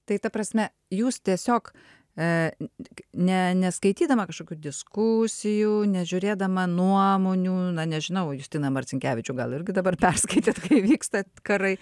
tai ta prasme jūs tiesiog ne neskaitydama kažkokių diskusijų nežiūrėdama nuomonių na nežinau justiną marcinkevičių gal irgi dabar perskaitėte vyksta karai